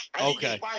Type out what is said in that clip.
Okay